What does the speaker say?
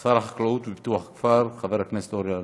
שר החקלאות ופיתוח הכפר, חבר הכנסת אורי אריאל.